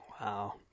Wow